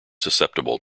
susceptible